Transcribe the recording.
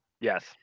Yes